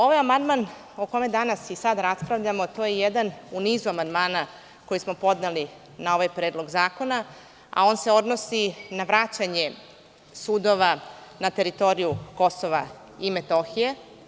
Ovaj amandman, o kome danas i sada raspravljamo to je jedan u nizu amandmana koji smo podneli na ovaj predlog zakona, a on se odnosi na vraćanje sudova na teritoriju Kosova i Metohije.